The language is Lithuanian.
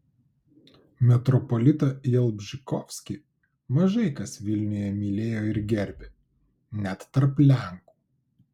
metropolitą jalbžykovskį mažai kas vilniuje mylėjo ir gerbė net tarp lenkų